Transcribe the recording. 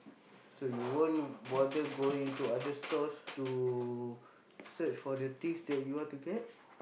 so you won't bother ging to other stores to search for the things that you want to get